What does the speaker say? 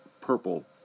purple